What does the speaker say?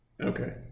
Okay